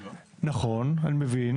נכון, אני מבין